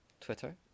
Twitter